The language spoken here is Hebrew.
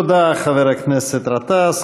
תודה, חבר הכנסת גטאס.